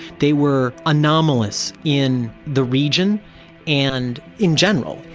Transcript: they were anomalous in the region and in general,